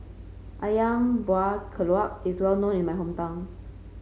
ayam Buah Keluak is well known in my hometown